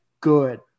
Good